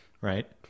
right